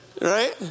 Right